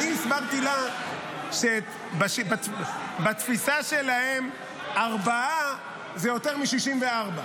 אני הסברתי לה שבתפיסה שלהם ארבעה זה יותר מ-64.